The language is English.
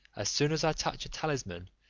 as soon as i touch a talisman,